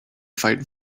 fight